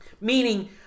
Meaning